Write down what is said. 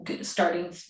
starting